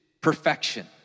perfection